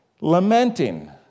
lamenting